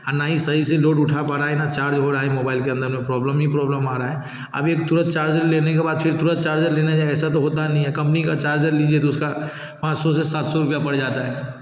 और ना ही सही से लोड उठा पा रहा है ना चार्ज हो रहा है मोबाइल के अंदर में प्रॉब्लम ही प्रॉब्लम आ रहा है अब एक तुरंत चार्जर लेने के बाद फिर तुरंत चार्जर लेने जाएंगे ऐसा तो होता नहीं है कम्पनी का चार्जर लिए तो उसका पाँच सौ से सात सौ रुपये पड़ जाता है